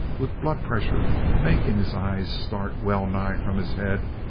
with blood pressure making his eyes start well-nigh from his head,